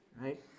right